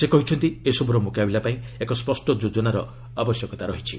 ସେ କହିଛନ୍ତି ଏସବୁର ମୁକାବିଲା ପାଇଁ ଏକ ସ୍ୱଷ୍ଟ ଯୋଜନାର ଆବଶ୍ୟକତା ରହିଛି